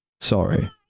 Sorry